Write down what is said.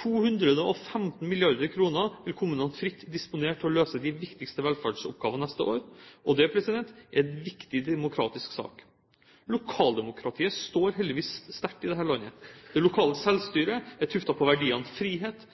215 mrd. kr kan kommunene fritt disponere til å løse de viktigste velferdsoppgavene neste år. Det er en viktig demokratisk sak. Lokaldemokratiet står heldigvis sterkt i dette landet. Det lokale selvstyret er tuftet på verdiene frihet,